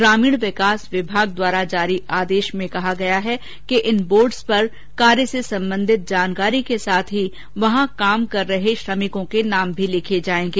ग्रामीण विकास विभाग द्वारा जारी आदेश में कहा गया है कि इन बोर्डस पर कार्य से संबंधित जानकारी के साथ ही वहां कामकर रहे श्रमिकों के नाम भी लिखे जाएंगे